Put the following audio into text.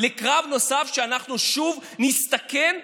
קרב נוסף, שאנחנו שוב נסתכן?